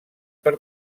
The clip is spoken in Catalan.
per